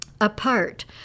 Apart